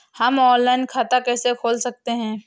हम ऑनलाइन खाता कैसे खोल सकते हैं?